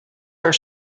are